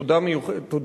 2012,